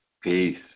Peace